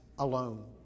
Alone